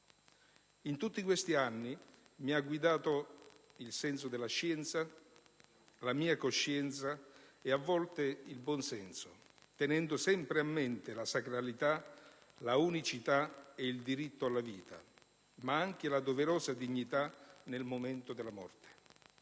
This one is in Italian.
In tutti questi anni mi ha guidato il senso della scienza, la mia coscienza e, a volte, il buonsenso, tenendo sempre a mente la sacralità, la unicità e il diritto alla vita, ma anche la doverosa dignità nel momento della morte.